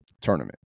tournament